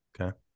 Okay